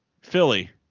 Philly